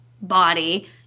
body